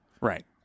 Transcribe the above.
Right